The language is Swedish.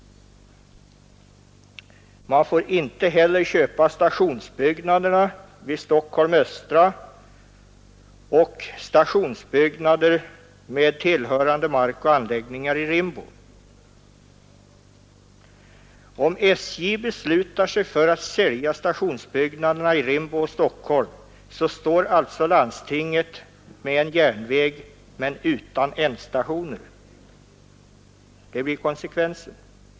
Man får inte heller köpa stationsbyggnaden vid Stockholms Östra och stationsbyggnaden med tillhörande mark och anläggningar i Rimbo. Om SJ beslutar sig för att sälja stationsbyggnaderna i Rimbo och Stockholm står alltså landstinget med en järnväg, men utan ändstationer. Det blir konsekvensen.